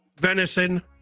venison